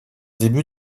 débuts